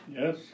Yes